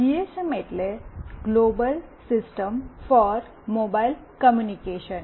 GSM એટલે global system for mobile communication